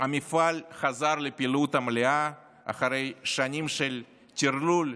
המפעל חזר לפעילות המלאה אחרי שנים של טרלול,